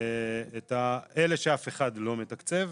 את אלה שאף אחד לא מתקצב,